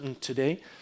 today